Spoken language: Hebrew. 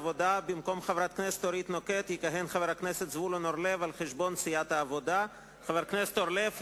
לפני שאני מבקש מחבר הכנסת ברכה לעלות ולהיות ראשון הדוברים,